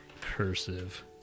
Cursive